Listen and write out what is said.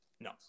No